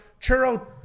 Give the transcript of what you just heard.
Churro